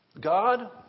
God